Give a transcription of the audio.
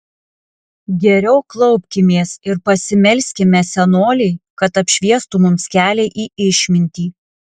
geriau klaupkimės ir pasimelskime senolei kad apšviestų mums kelią į išmintį